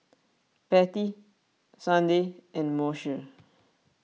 Patti Sunday and Moshe